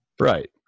right